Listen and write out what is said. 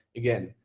again,